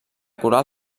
coral